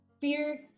fear